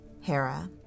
Hera